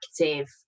active